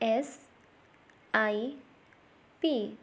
S I P